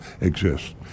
exists